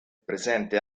presente